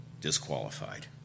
disqualified